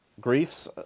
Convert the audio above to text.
griefs